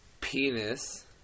Penis